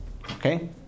Okay